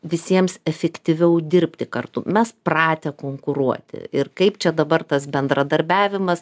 visiems efektyviau dirbti kartu mes pratę konkuruoti ir kaip čia dabar tas bendradarbiavimas